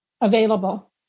available